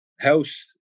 house